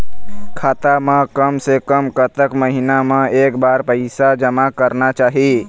खाता मा कम से कम कतक महीना मा एक बार पैसा जमा करना चाही?